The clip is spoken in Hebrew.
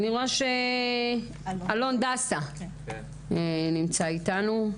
אלון דסה נמצא איתנו.